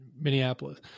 Minneapolis